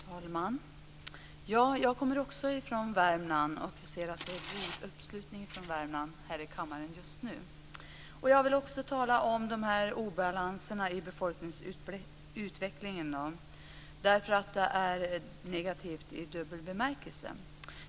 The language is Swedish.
Fru talman! Jag kommer också från Värmland och ser att det är god uppslutning från Värmland här i kammaren just nu. Jag vill tala om obalanserna i befolkningsutvecklingen, därför att detta är negativt i dubbel bemärkelse.